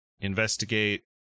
investigate